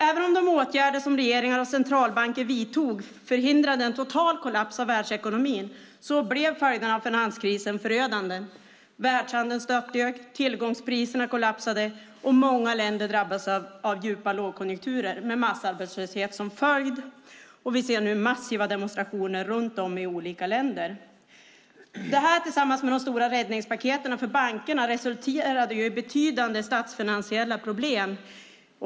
Även om de åtgärder som regeringar och centralbanker vidtog förhindrade en total kollaps av världsekonomin blev följderna av finanskrisen förödande. Världshandeln störtdök. Tillgångspriserna kollapsade, och många länder drabbades av djupa lågkonjunkturer med massarbetslöshet som följd. Och vi ser nu massiva demonstrationer runt om i olika länder. Det här tillsammans med de stora räddningspaketen för bankerna resulterade i betydande statsfinansiella problem.